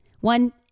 One